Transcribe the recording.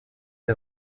est